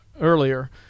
earlier